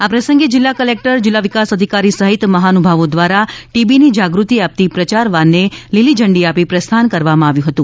આ પ્રસંગે જીલ્લા કલેકટર જીલ્લા વિકાસ અધિકારી સહિત મહાનુભાવો દ્વાર ટીબીની જાગૃતિ આપતી પ્રચાર વાનને લીલી ઝંડી આપી પ્રસ્થાન કરવામા આવ્યુ હતું